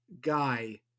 guy